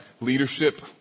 leadership